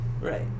Right